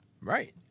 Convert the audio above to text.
Right